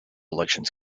elections